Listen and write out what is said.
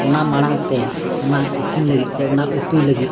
ᱚᱱᱟ ᱢᱟᱲᱟᱝᱛᱮ ᱚᱱᱟ ᱤᱥᱤᱱ ᱞᱟᱹᱜᱤᱫ ᱥᱮ ᱚᱱᱟ ᱩᱛᱩᱭ ᱞᱟᱹᱜᱤᱫ